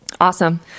Awesome